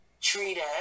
treated